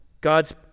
God's